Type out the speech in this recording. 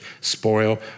spoil